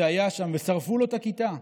שהיה שם ושרפו לו את הכיתה,